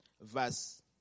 verse